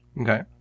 Okay